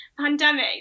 pandemic